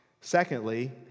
Secondly